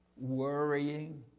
worrying